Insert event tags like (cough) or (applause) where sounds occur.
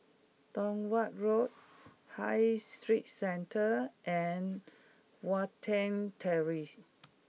Tong Watt Road High Street Centre and Watten Terrace (noise)